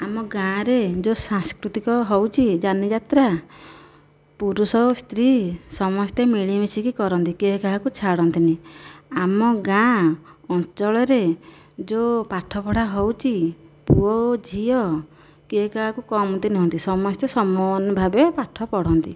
ଆମ ଗାଁରେ ଯେଉଁ ସାଂସ୍କୃତିକ ହେଉଛି ଯାନିଯାତ୍ରା ପୁରୁଷ ଓ ସ୍ତ୍ରୀ ସମସ୍ତେ ମିଳିମିଶି କି କରନ୍ତି କେହି କାହାକୁ ଛାଡ଼ନ୍ତିନି ଆମ ଗାଁ ଅଞ୍ଚଳରେ ଯେଉଁ ପାଠପଢ଼ା ହେଉଛି ପୁଅ ଓ ଝିଅ କିଏ କାହାକୁ କମତି ନୁହନ୍ତି ସମସ୍ତେ ସମାନ ଭାବେ ପାଠ ପଢ଼ନ୍ତି